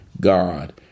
God